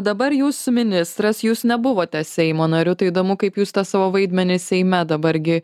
dabar jūs ministras jūs nebuvote seimo nariu tai įdomu kaip jūs tą savo vaidmenį seime dabar gi